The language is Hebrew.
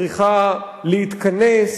צריכה להתכנס,